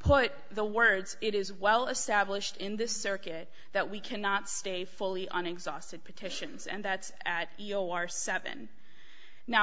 put the words it is well established in this circuit that we cannot stay fully on exhausted petitions and that at your seven now